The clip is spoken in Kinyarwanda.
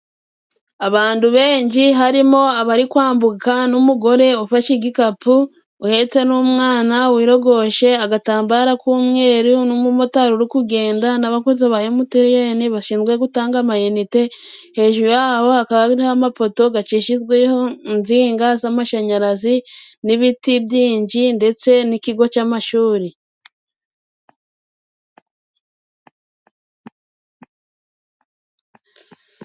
Abandu benji harimo abari kwambuka n'umugore ufashe igikapu uhetse n'umwana wiyorogoshe agatambaro k'umweru n'umumotari uri kugenda, n'abakozi ba Emutiyene bashinzwe gutanga amayinite ,hejuru yabo hakaba hari amapoto gacishijweho inzinga z'amashanyarazi n'ibiti byinji ndetse n'ikigo c'amashuri.